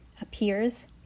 appears